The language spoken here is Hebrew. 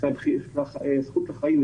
בזכות לחיים,